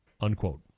Unquote